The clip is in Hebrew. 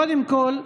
קודם כול,